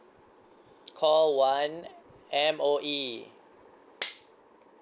call one M_O_E